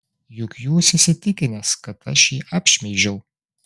juk jūs įsitikinęs kad aš jį apšmeižiau